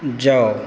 जाउ